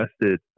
invested